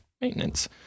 maintenance